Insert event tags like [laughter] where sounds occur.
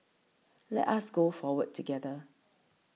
[noise] let us go forward together